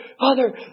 father